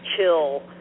chill